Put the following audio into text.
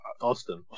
Austin